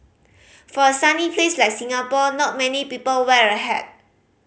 for a sunny place like Singapore not many people wear a hat